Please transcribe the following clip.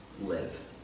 live